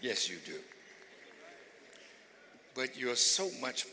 yes you do but you have so much